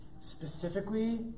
specifically